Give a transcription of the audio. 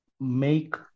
make